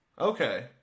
Okay